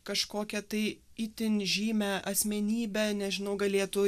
kažkokią tai itin žymią asmenybę nežinau galėtų